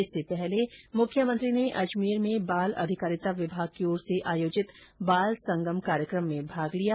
इससे पहले मुख्यमंत्री ने अजमेर में बाल अधिकारिता विमाग की ओर से आयोजित बाल संगम कार्यक्रम में भाग लिया